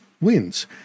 wins